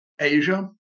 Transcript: Asia